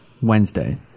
Wednesday